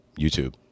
YouTube